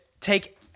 take